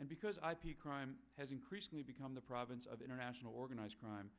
and because i p crime has increasingly become the province of international organized crime